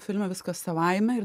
filme viskas savaime ir